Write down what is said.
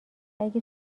اگه